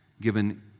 given